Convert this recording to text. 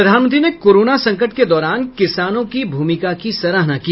प्रधानमंत्री ने कोराना संकट के दौरान किसानों की भूमिका की सराहना की